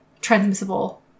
transmissible